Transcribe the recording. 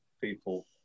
people